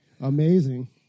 Amazing